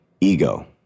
Ego